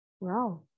Wow